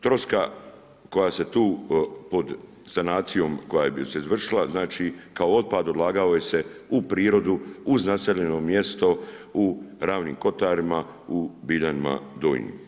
Troska koja se tu pod sanacijom koja se izvršila, znači kao otpad odlagao se u prirodu, u naseljeno mjesto u Ravnim kotarima, u Biljanima Donjim.